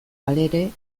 halere